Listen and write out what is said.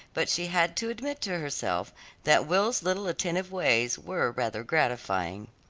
but she had to admit to herself that will's little attentive ways were rather gratifying.